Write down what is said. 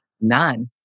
None